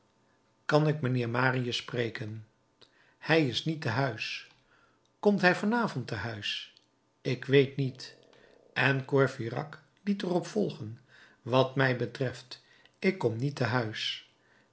kan ik mijnheer marius spreken hij is niet te huis komt hij van avond te huis ik weet niet en courfeyrac liet er op volgen wat mij betreft ik kom niet te huis